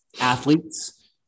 athletes